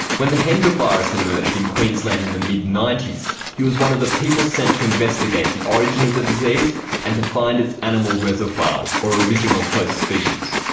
when the hendra virus emerged in queensland in the mid ninety s he was one of the people sent to investigate the origin of the disease and to find its animal reservoir or original host species.